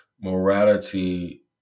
morality